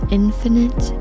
infinite